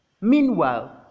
Meanwhile